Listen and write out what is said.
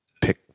pick